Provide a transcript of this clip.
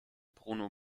bruno